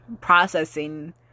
processing